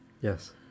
Yes